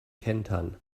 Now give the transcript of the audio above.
kentern